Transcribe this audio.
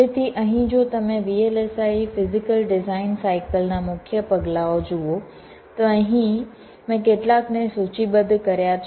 તેથી અહીં જો તમે VLSI ફિઝીકલ ડિઝાઇન સાઇકલ ના મુખ્ય પગલાંઓ જુઓ તો અહીં મેં કેટલાકને સૂચિબદ્ધ કર્યા છે